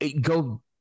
go